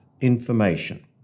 information